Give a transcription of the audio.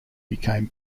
became